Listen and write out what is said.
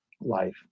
life